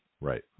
Right